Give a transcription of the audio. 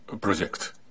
project